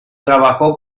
trabajó